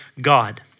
God